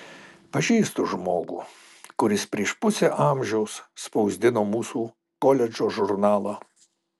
pažįstu žmogų kuris prieš pusę amžiaus spausdino mūsų koledžo žurnalą